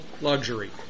luxury